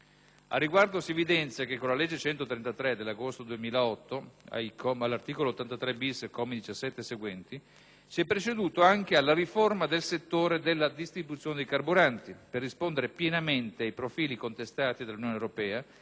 Al riguardo, si evidenzia che con la legge n. 133 del 6 agosto 2008, articolo 83-*bis*, commi 17 e seguenti, si è proceduto anche alla riforma del settore della distribuzione dei carburanti, per rispondere pienamente ai profili contestati dall'Unione europea